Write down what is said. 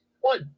one